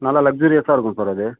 நல்லா லக்ஜுரியஸ்ஸாக இருக்கும் சார் அது